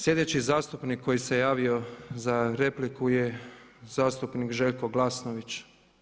Sljedeći zastupnik koji se javio za repliku je zastupnik Željko Glasnović.